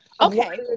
okay